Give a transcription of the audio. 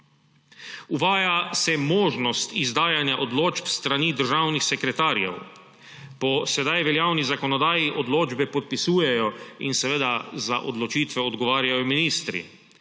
Uvaja se možnost izdajanja odločb s strani državni sekretarjev. Po sedaj veljavni zakonodaji odločbe podpisujejo in seveda za odločitve odgovarjajo ministri.